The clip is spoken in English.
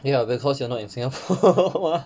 ya because you're not in singapore [what]